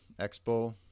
expo